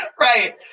Right